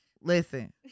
listen